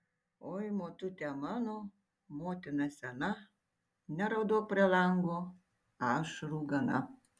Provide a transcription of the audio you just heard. oi motute mano motina sena neraudok prie lango ašarų gana